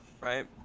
right